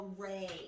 array